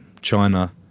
China